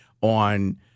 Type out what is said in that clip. on